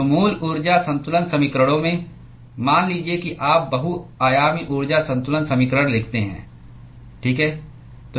तो मूल ऊर्जा संतुलन समीकरणों में मान लीजिए कि आप बहु आयामी ऊर्जा संतुलन समीकरण लिखते हैं ठीक है